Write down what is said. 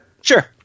sure